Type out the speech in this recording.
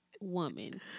woman